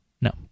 No